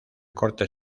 corte